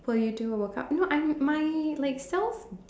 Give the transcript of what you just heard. but you do work out no I am my like self